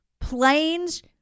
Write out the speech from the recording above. planes